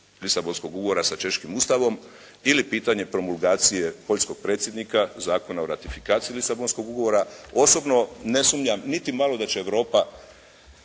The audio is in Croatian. lisabonskog ugovora sa češkim ustavom ili pitanje promulgacije poljskog predsjednika Zakona o ratifikaciji lisabonskog ugovora. Osobno ne sumnjam niti malo da će Europa